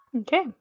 Okay